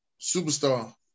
Superstar